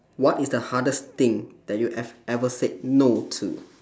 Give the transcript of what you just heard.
what is the hardest thing that you have ever said no to